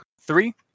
Three